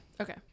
Okay